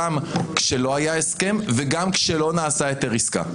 גם כשלא היה הסכם וגם כשלא נעשה היתר עסקה.